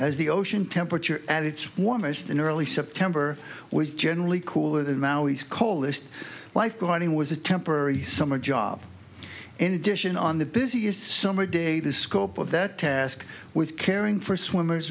as the ocean temperature at its warmest in early september was generally cooler than maui's coldest lifeguarding was a temporary summer job in addition on the busiest summer day the scope of that task with caring for swimmers